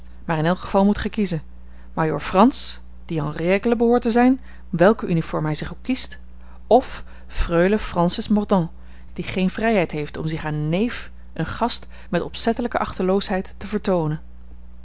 heb maar in elk geval moet gij kiezen majoor frans die en règle behoort te zijn welke uniform hij zich ook kiest of freule francis mordaunt die geene vrijheid heeft om zich aan een neef een gast met opzettelijke achteloosheid te vertoonen